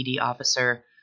officer